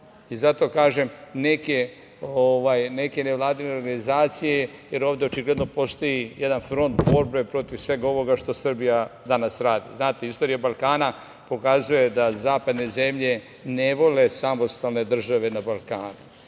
kažem, neke nevladine organizacije, jer ovde očigledno postoji jedan front borbe protiv svega ovoga što Srbija danas radi. Znate, istorija Balkana pokazuje da Zapadne zemlje ne vole samostalne države na Balkanu,